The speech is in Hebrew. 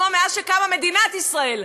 רב כמו מאז קמה מדינת ישראל.